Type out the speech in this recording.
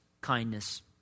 kindness